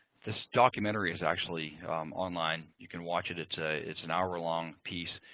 this documentary is actually online. you can watch it. it's ah it's an hour-long piece.